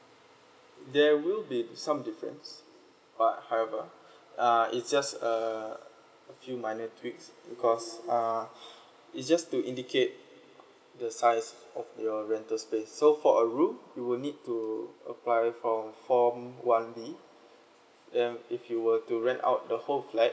there will be some difference but however uh it just a a few minor tweaks because uh it just to indicate the size of your rental space so for a room you will need to apply from form one B then if you were to rent out the whole flat